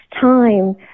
time